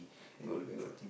good good